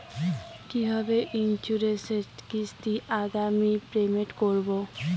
কিভাবে ইন্সুরেন্স এর কিস্তি আগাম পেমেন্ট করবো?